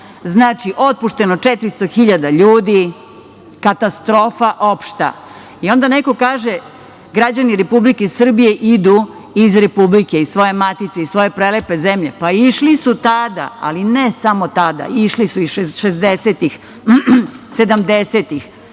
Znači, otpušteno 400 hiljada ljudi. Opšta katastrofa. Onda neko kaže – građani Republike Srbije idu iz Republike, iz svoje matice, iz svoje prelepe zemlje. Pa išli su tada, ali ne samo tada, išli su i 60-tih, 70-tih,